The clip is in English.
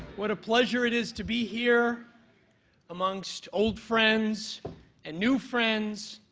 what a pleasure it is to be here amongst old friends and new friends.